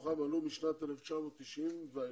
מתוכם עלו משנת 1990 ואילך.